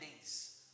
days